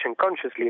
consciously